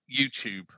YouTube